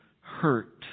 hurt